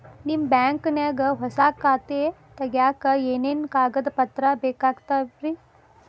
ನಿಮ್ಮ ಬ್ಯಾಂಕ್ ನ್ಯಾಗ್ ಹೊಸಾ ಖಾತೆ ತಗ್ಯಾಕ್ ಏನೇನು ಕಾಗದ ಪತ್ರ ಬೇಕಾಗ್ತಾವ್ರಿ?